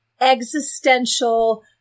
existential